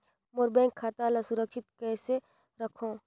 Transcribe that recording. मोर bank खाता ला सुरक्षित कइसे रखव?